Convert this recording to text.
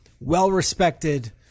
well-respected